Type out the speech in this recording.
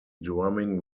drumming